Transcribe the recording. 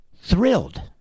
Thrilled